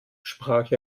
sprach